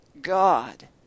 God